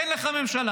אין לך ממשלה.